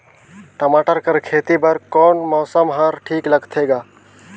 टमाटर कर खेती बर कोन मौसम हर ठीक होथे ग?